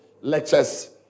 lectures